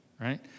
right